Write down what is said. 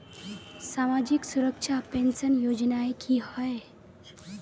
सामाजिक सुरक्षा पेंशन योजनाएँ की होय?